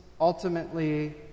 ultimately